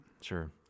Sure